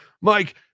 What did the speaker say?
Mike